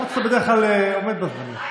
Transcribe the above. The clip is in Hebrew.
למרות שאתה בדרך כלל עומד בזמנים.